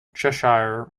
cheshire